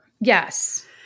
yes